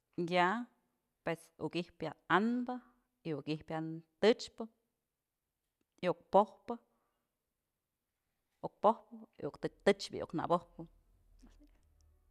Ya'a pues uk i'ijpë ya a'anbë iuk i'ijpë ya tëchpë, iuk po'ojpë ok poj ok tëch bi'i iuk nëbojpë.